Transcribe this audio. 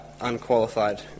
unqualified